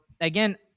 again